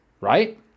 right